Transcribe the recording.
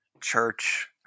church